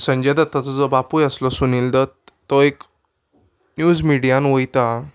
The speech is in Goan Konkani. संजय दत्ताचो जो बापूय आसलो सुनील दत्त तो एक निव्ज मिडियान वयता